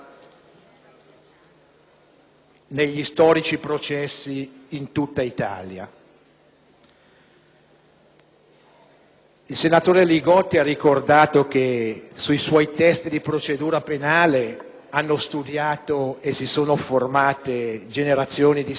negli storici processi in tutta Italia. Il senatore Li Gotti ha ricordato che sui suoi testi di procedura penale hanno studiato e si sono formate generazioni di studenti,